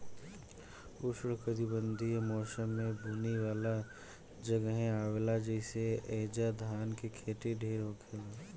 उष्णकटिबंधीय मौसम में बुनी वाला जगहे आवेला जइसे ऐजा धान के खेती ढेर होखेला